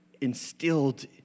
instilled